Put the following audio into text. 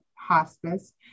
Hospice